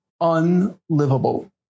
unlivable